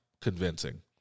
convincing